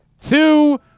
two